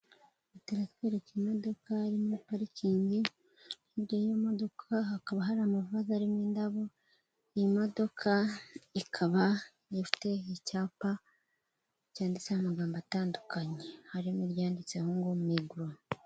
Ifoto iratwereka imodoka iri muri parikingi, hirya yiyo modoka hakaba hari amavaze arimo indabo, iyi modoka ikaba ifite icyapa cyanditseho amagambo atandukanye, harimo iryanditseho ngo migoro.